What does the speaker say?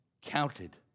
counted